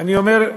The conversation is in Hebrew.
אני אומר,